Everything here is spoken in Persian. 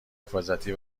حفاظتی